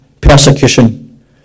persecution